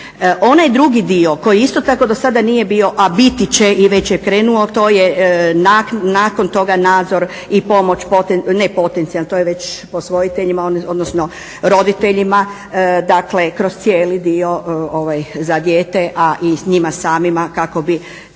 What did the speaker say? Onaj drugi dio koji isto tako do sada nije bio, a biti će i već je krenuo to je nakon toga nadzor i pomoć, ne potencijalnih to je već posvojiteljima, odnosno roditeljima. Dakle, kroz cijeli dio za dijete, a i njima samima kako bi